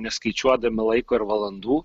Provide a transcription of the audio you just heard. neskaičiuodami laiko ir valandų